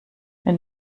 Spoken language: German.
wenn